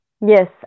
Yes